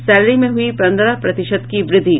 salary में हुई पंद्रह प्रतिशत की वृद्धि